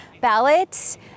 ballots